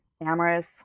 amorous